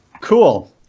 Cool